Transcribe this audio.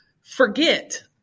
forget